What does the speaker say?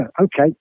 okay